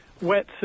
wet